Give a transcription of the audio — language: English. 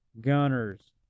Gunners